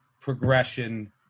progression